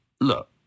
look